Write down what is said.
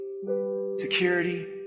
security